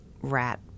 rat